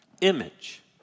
image